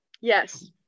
Yes